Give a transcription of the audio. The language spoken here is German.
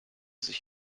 sich